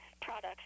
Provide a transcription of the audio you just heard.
products